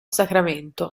sacramento